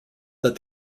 that